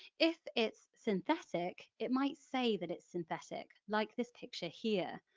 if it's synthetic, it might say that it's synthetic like this picture here.